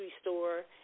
store